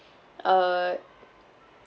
uh